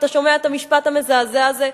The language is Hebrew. אתה שומע את המשפט המזעזע הזה?